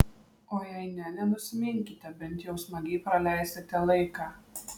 o jei ne nenusiminkite bent jau smagiai praleisite laiką